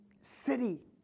city